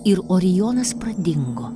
ir orijonas pradingo